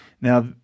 Now